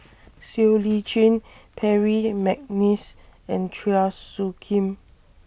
Siow Lee Chin Percy Mcneice and Chua Soo Khim